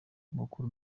amakuru